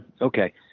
okay